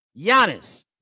Giannis